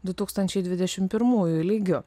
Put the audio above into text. du tūkstančiai dvidešim primųjų lygiu